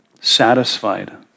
satisfied